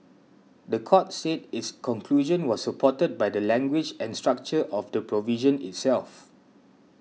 the court said its conclusion was supported by the language and structure of the provision itself